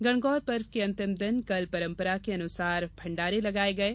गणगौर पर्व के अंतिम दिन कल परंपरा के अनुसार भण्डारे लगाये गये